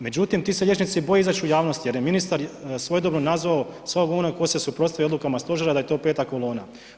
Međutim, ti se liječnici boje izaći u javnost jer je ministar svojedobno nazvao svakog onog tko se suprotstavi odlukama Stožera, da je to 5. kolona.